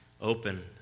open